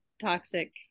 toxic